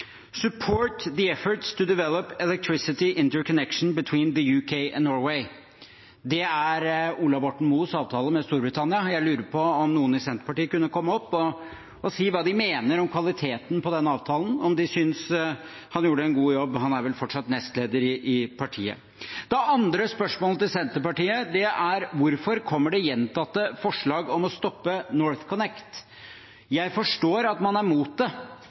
efforts to develop electricity interconnection between the UK and Norway.» Det er Ola Borten Moes avtale med Storbritannia. Jeg lurer på om noen i Senterpartiet kunne komme opp og si hva de mener om kvaliteten på den avtalen, om de synes han gjorde en god jobb. Han er vel fortsatt nestleder i partiet. Det andre spørsmål til Senterpartiet er: Hvorfor kommer det gjentatte forslag om å stoppe NorthConnect? Jeg forstår at man er imot det,